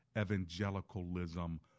evangelicalism